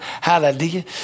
Hallelujah